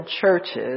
churches